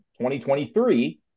2023